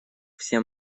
всем